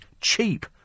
cheap